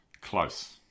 Close